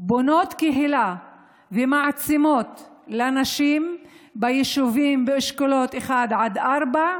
בונות קהילה ומעצימות לנשים ביישובים באשכולות 1 עד 4,